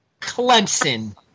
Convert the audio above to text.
Clemson